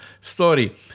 story